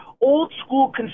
old-school